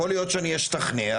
יכול להיות שאני אשתכנע,